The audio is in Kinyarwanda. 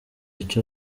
icyo